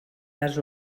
les